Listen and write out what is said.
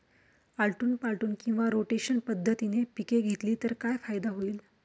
आलटून पालटून किंवा रोटेशन पद्धतीने पिके घेतली तर काय फायदा होईल?